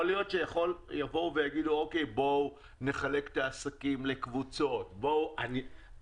יכול להיות שהם ירצו לחלק את העסקים לקבוצות או משהו כזה,